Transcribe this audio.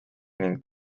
ning